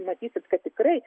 matysit kad tikrai